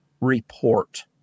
report